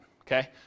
Okay